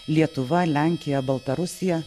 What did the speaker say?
lietuva lenkija baltarusija